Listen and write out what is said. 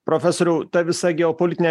profesoriau ta visa geopolitinė